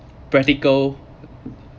practical